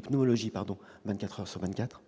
pneumologie vingt-quatre